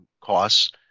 costs